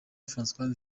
francois